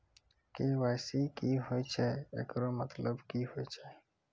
KYC की होय छै, एकरो मतलब की होय छै?